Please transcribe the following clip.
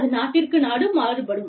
அது நாட்டிற்கு நாடு மாறுபடும்